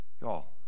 Y'all